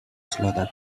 slaughter